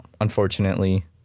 unfortunately